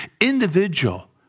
individual